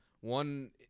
one